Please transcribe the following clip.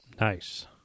Nice